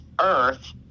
earth